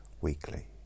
Weekly